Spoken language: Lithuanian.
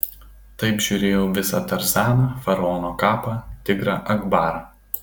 taip žiūrėjau visą tarzaną faraono kapą tigrą akbarą